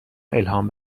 الهام